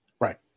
Right